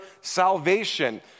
salvation